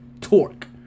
torque